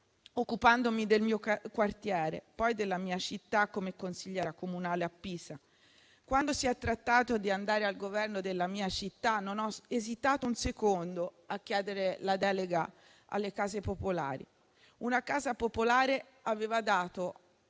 occupandomi del mio quartiere e poi della mia città, come consigliera comunale a Pisa. Quando si è trattato di andare al governo della mia città, non ho esitato un secondo a chiedere la delega alle case popolari. Una casa popolare aveva dato